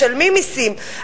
משלמים מסים,